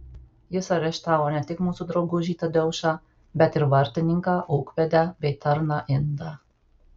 jis areštavo ne tik mūsų draugužį tadeušą bet ir vartininką ūkvedę bei tarną indą